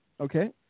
Okay